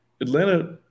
Atlanta